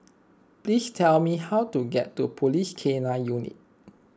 please tell me how to get to Police K nine Unit